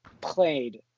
played